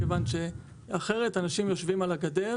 כיוון שאחרת אנשים יושבים על הגדר